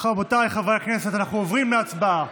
רבותיי חברי הכנסת, אנחנו עוברים להצבעה.